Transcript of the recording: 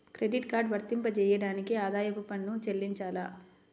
Credit card వర్తింపజేయడానికి ఆదాయపు పన్ను చెల్లించాలా?